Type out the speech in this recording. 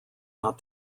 not